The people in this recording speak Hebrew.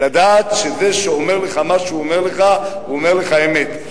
לדעת שזה שאומר לך מה שאומר לך, אומר לך אמת.